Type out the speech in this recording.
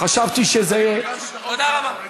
חשבתי שזה, תודה רבה.